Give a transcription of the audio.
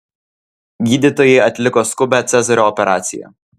gydytojai atliko skubią cezario operaciją